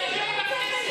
מה קרה?